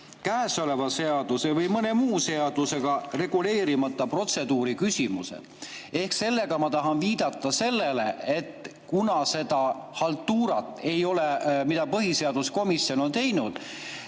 käesoleva seaduse või mõne muu seadusega reguleerimata protseduuriküsimused. Sellega ma tahan viidata sellele, et kuna selle haltuura kohta, mida põhiseaduskomisjon on teinud,